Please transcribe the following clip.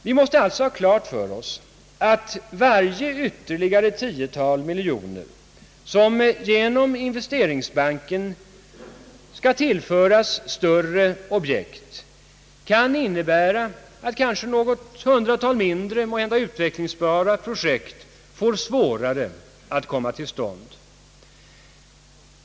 Vi måste alltså ha klart för oss, att varje ytterligare tiotal miljoner som genom investeringsbanken förbehålles större objekt kan innebära att kanske något hundratal mindre, måhända utvecklingsbara projekt får svårare att komma till stånd.